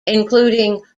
including